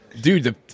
dude